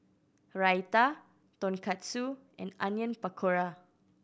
Raita Tonkatsu and Onion Pakora